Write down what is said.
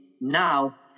now